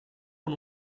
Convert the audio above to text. con